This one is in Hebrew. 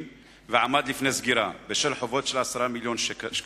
ועמד לפני סגירה בשל חובות של 10 מיליוני שקלים,